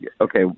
Okay